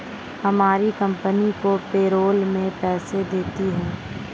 हमारी कंपनी दो पैरोल में पैसे देती है